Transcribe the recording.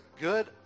good